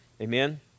Amen